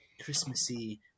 Christmassy